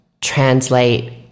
translate